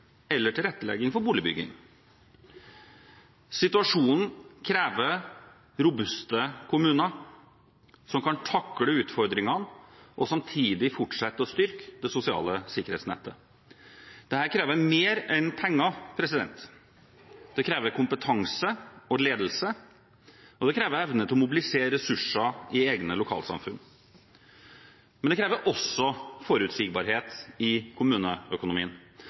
eller tilrettelegging for boligbygging. Situasjonen krever robuste kommuner som kan takle utfordringene, og samtidig fortsetter å styrke det sosiale sikkerhetsnettet. Dette krever mer enn penger. Det krever kompetanse og ledelse, og det krever evne til å mobilisere ressurser i egne lokalsamfunn. Men det krever også forutsigbarhet i kommuneøkonomien,